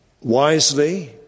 wisely